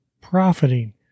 profiting